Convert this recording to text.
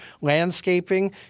landscaping